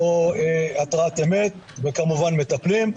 או התראת אמת וכמובן מטפלים.